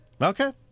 Okay